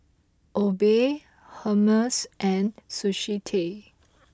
Obey Hermes and Sushi Tei